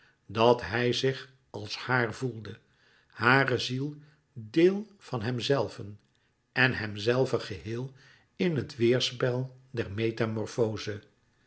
dat hij zich als haar voelde hàre ziel deel van hemzelven en hemzelve geheel in het weêrspel der metamorfoze